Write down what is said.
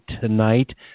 tonight